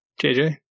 JJ